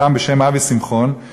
אדם בשם אבי שמחון,